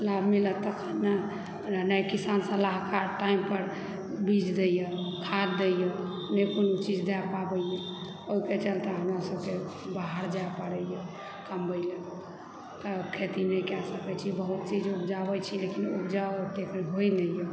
लाभ मिलत तखन न नहि सलाहकार टाइम पर बीज दयए खाद दयए नहि कोनो चीज दे पाबैए ओहिके चलते हमरा सभकेँ बाहर जाए पड़ैए कमबय लऽ खेती नहि कए सकै छी बहुत चीज उपजाबैत छी लेकिन उपजा ओतेक होइ नहिए